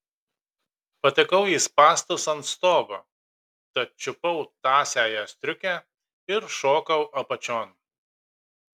patekau į spąstus ant stogo tad čiupau tąsiąją striukę ir šokau apačion